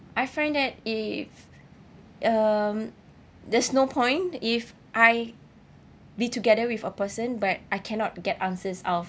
I find that if um there's no point if I be together with a person but I cannot get answers out of